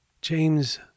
James